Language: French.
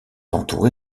entouré